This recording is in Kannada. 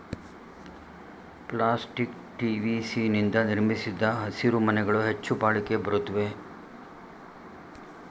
ಪ್ಲಾಸ್ಟಿಕ್ ಟಿ.ವಿ.ಸಿ ನಿಂದ ನಿರ್ಮಿಸಿದ ಹಸಿರುಮನೆಗಳು ಹೆಚ್ಚು ಬಾಳಿಕೆ ಬರುತ್ವೆ